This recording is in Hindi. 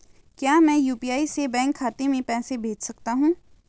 क्या मैं यु.पी.आई से बैंक खाते में पैसे भेज सकता हूँ?